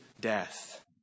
death